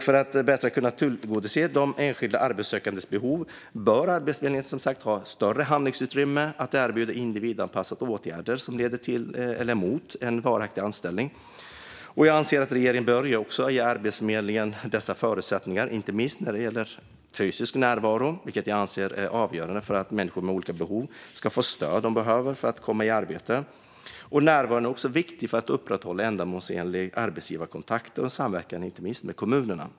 För att bättre kunna tillgodose enskilda arbetssökandes behov bör Arbetsförmedlingen ha större handlingsutrymme att erbjuda individanpassade åtgärder som leder mot varaktig anställning. Jag anser att regeringen bör ge Arbetsförmedlingen dessa förutsättningar, inte minst vad gäller fysisk närvaro, som jag anser är avgörande för att människor med olika behov ska få det stöd de behöver för att komma i arbete. Närvaron är också viktig för att upprätthålla ändamålsenlig arbetsgivarkontakt och samverkan, inte minst med kommunerna.